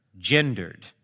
gendered